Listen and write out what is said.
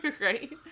right